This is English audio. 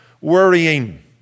worrying